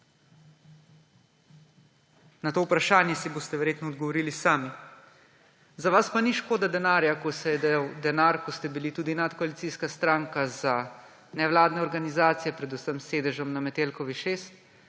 Na to vprašanje si boste verjetno odgovorili sami. Za vas pa ni škoda denarja, ko se dajal denar, ko ste bili tudi nadkoalicijska stranka, za nevladne organizacije, predvsem s sedežem na Metelkovi 6,